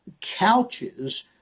couches